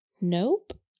nope